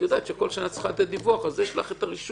כל שנה את צריכה לתת דיווח אז יש לך הרישום,